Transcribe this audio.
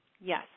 Yes